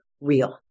real